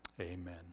Amen